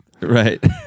Right